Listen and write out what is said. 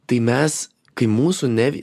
tai mes kai mūsų ne